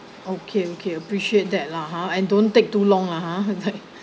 okay okay appreciate that lah huh and don't take too long ah like